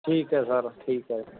ਠੀਕ ਹੈ ਸਰ ਠੀਕ ਹੈ